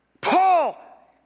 Paul